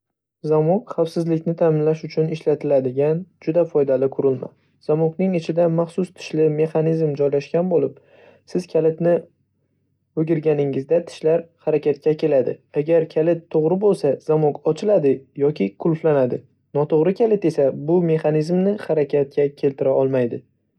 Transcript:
Zamok xavfsizlikni ta’minlash uchun ishlatiladigan juda foydali qurilma. Zamokning ichida maxsus tishli mexanizm joylashgan bo'lib, siz kalitni o‘girganingizda tishlar harakatga keladi. Agar kalit to‘g‘ri bo‘lsa, zamok ochiladi yoki qulflanadi, noto‘g‘ri kalit esa bu mexanizmni harakatga keltira olmaydi.